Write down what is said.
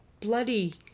bloody